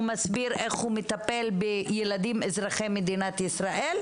מסביר איך הוא מטפל בילדים אזרחי מדינת ישראל,